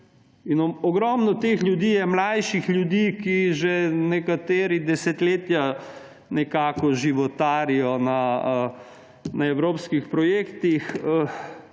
Ogromno teh ljudi je mlajših ljudi, ki že nekateri desetletja nekako životarijo na evropskih projektih